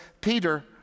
Peter